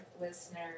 listener